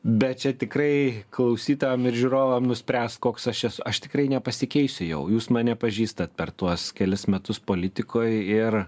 bet čia tikrai klausytojam ir žiūrovam nuspręst koks aš esu aš tikrai nepasikeisiu jau jūs mane pažįstat per tuos kelis metus politikoj ir